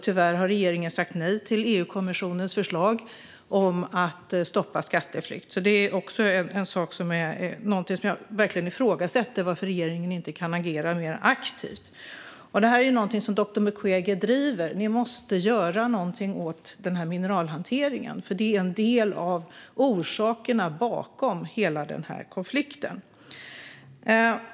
Tyvärr har regeringen sagt nej till EU-kommissionens förlag om att stoppa skatteflykt. Jag ifrågasätter verkligen att regeringen inte kan agera mer aktivt. Detta är också någonting som doktor Mukwege driver - man måste göra någonting åt mineralhanteringen, för det är en av orsakerna till hela denna konflikt.